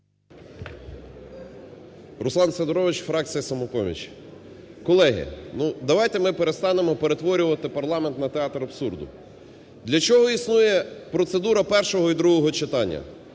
Руслан Сидорович, фракція "Самопоміч". Колеги, давайте ми перестанемо перетворювати парламент на театр абсурду. Для чого існує процедура першого і другого читання?